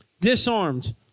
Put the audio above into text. Disarmed